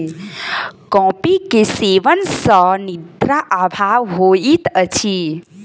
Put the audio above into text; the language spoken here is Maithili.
कॉफ़ी के सेवन सॅ निद्रा अभाव होइत अछि